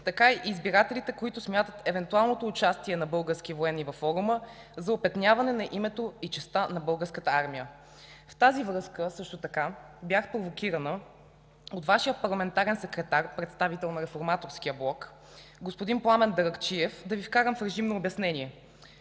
така и избирателите, които смятат евентуалното участие на български военни във форума за опетняване на името и честта на Българската армия. В тази връзка също така бях провокирана от Вашия парламентарен секретар, представител на Реформаторския блок – господин Пламен Даракчиев, да Ви вкарам в режим на обяснение.